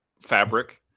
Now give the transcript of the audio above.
fabric